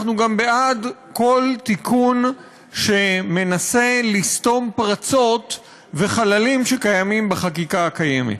אנחנו גם בעד כל תיקון שמנסה לסתום פרצות וחללים שקיימים בחקיקה הקיימת.